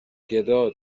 گدا